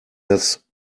das